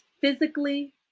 physically